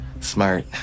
Smart